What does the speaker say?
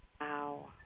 Wow